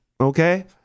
Okay